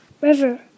River